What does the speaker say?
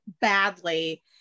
badly